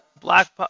Black